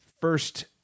first